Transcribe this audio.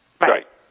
Right